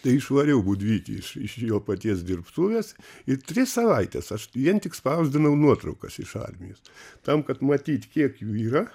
tai išvariau budvytį iš iš jo paties dirbtuvės ir tris savaites aš vien tik spausdinau nuotraukas iš armijos tam kad matyt kiek jų yra